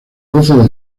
doce